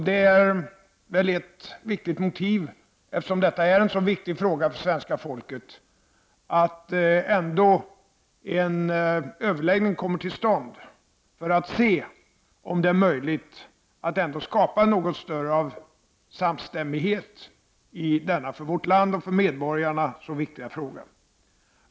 Det är väl ett viktigt motiv till att en överläggning kommer till stånd för att vi skall se om det är möjligt att ändå skapa något större samstämmighet i denna för vårt land och för medborgarna så viktiga fråga.